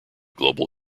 global